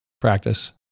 practice